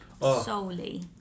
solely